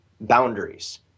boundaries